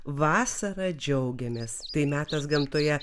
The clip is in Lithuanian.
vasara džiaugiamės tai metas gamtoje